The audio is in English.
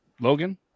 Logan